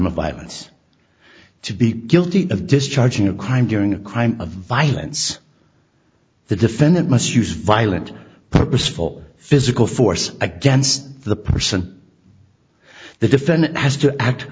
of violence to be guilty of discharging a crime during a crime of violence the defendant must use violent purposeful physical force against the person the defendant has to act